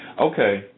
Okay